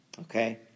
okay